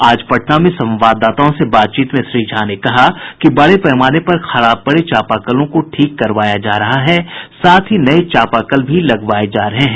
आज पटना में संवाददाताओं से बातचीत में श्री झा ने कहा कि बड़े पैमाने पर खराब पड़े चापाकलों को ठीक करावाया जा रहा है साथ ही नये चापाकल भी लगवाये जा रहे हैं